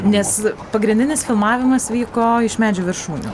nes pagrindinis filmavimas vyko iš medžių viršūnių